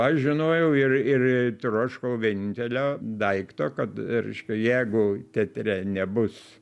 aš žinojau ir ir troškau vienintelio daikto kad reiškia jeigu teatre nebus